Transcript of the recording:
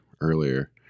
earlier